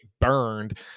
burned